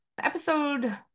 Episode